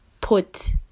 put